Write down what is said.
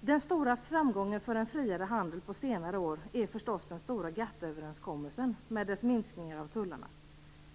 Den stora framgången på senare år för en friare handel är förstås den stora GATT-överenskommelsen med dess minskningar av tullarna.